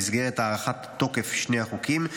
במסגרת הארכת תוקף שני החוקים.